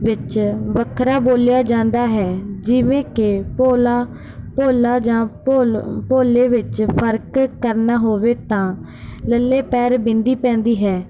ਵਿੱਚ ਵੱਖਰਾ ਬੋਲਿਆ ਜਾਂਦਾ ਹੈ ਜਿਵੇਂ ਕਿ ਭੋਲਾ ਭੋਲਾ ਜਾਂ ਭੋਲ ਭੋਲੇ ਵਿੱਚ ਫਰਕ ਕਰਨਾ ਹੋਵੇ ਤਾਂ ਲੱਲੇ ਪੈਰ ਬਿੰਦੀ ਪੈਂਦੀ ਹੈ